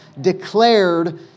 declared